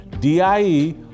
die